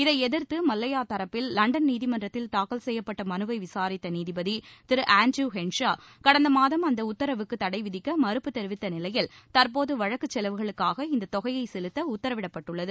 இதை எதிர்த்து மல்லையா தரப்பில் லண்டன் நீதிமன்றத்தில் தாக்கல் செய்யப்பட்ட மனுவை விசாித்த நீதிபதி திரு அண்ரோ என்சா கடந்த மாதம் அந்த உத்தரவுக்கு தடை விதிக்க மறுப்பு தெரிவித்த நிலையில் தற்போது வழக்கு செலவுகளுக்காக இந்த தொகையை செலுத்த உத்தரவிடப்பட்டுள்ளது